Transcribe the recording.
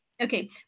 Okay